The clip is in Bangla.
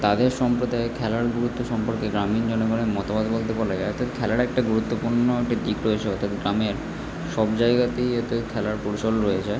তাদের সম্প্রদায়ে খেলার গুরুত্ব সম্পর্কে গ্রামীণ জনগণের মতবাদ বলতে বলে অর্থাৎ খেলাটা একটা গুরুত্বপূর্ণ একটা দিক রয়েছে অর্থাৎ গ্রামের সব জায়গাতেই এতে খেলার কৌশল রয়েছে